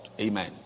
Amen